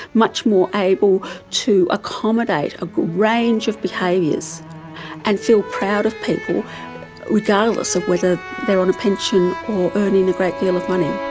much more able to accommodate a range of behaviours and feel proud of people regardless of whether they are on a pension or earning a great deal of money.